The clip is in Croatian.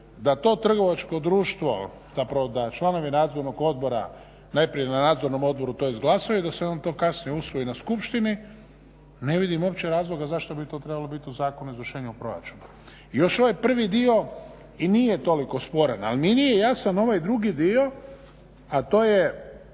da to trgovačko društvo, zapravo da članovi Nadzornog odbora najprije na Nadzornom odboru to izglasaju, da se on to kasnije usvoji na skupštini, ne vidim uopće razloga zašto bi to trebalo bit u Zakonu o izvršenju proračuna. Još ovaj prvi dio i nije toliko sporan, ali mi nije jasan ovaj drugi dio, a to je